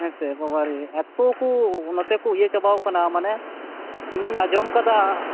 ᱦᱮᱸᱥᱮ ᱵᱟᱵᱟᱨᱮ ᱮᱛᱳ ᱠᱳ ᱚᱱᱚᱛᱮ ᱠᱳ ᱤᱭᱟ ᱪᱟᱵᱟᱣᱟᱠᱟᱱᱟ ᱢᱟᱱᱮ ᱤᱧ ᱟᱸᱡᱚᱢ ᱠᱟᱫᱟ